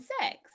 sex